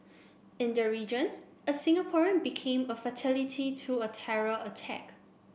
in the region a Singaporean became a fatality to a terror attack